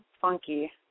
funky